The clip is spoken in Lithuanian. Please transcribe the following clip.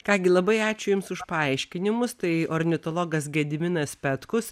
ką gi labai ačiū jums už paaiškinimus tai ornitologas gediminas petkus